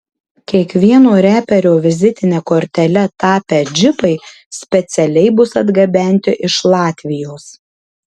kiekvieno reperio vizitine kortele tapę džipai specialiai bus atgabenti iš latvijos